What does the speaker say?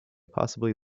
possibly